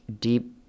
deep